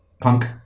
punk